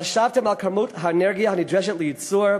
חשבתם על כמות האנרגיה הנדרשת לייצור,